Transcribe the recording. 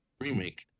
Remake